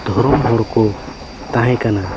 ᱫᱷᱚᱨᱚᱢ ᱦᱚᱲ ᱠᱚ ᱛᱟᱦᱮᱸ ᱠᱟᱱᱟ